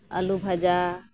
ᱟᱞᱩ ᱵᱷᱟᱡᱟ